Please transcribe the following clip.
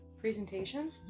Presentation